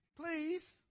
Please